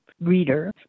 reader